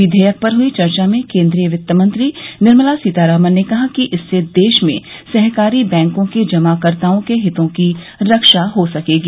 विधेयक पर हुई चर्चा में कोन्द्रीय वित्तमंत्री निर्मला सीतारामन ने कहा कि इससे देश में सहकारी बैंकों के जमाकर्ताओं के हितों की रक्षा हो सकेगी